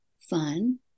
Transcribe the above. fun